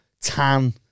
tan